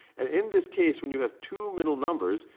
and in this case, when you have two middle numbers,